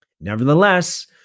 Nevertheless